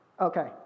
Okay